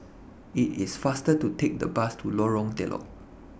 IT IS faster to Take The Bus to Lorong Telok